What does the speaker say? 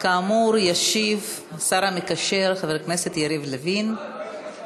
כאמור, ישיב השר המקשר חבר הכנסת יריב לוין.